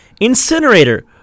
Incinerator